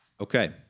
Okay